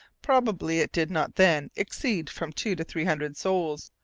probably, it did not then exceed from two to three hundred souls,